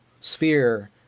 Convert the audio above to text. sphere